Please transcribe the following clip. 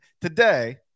today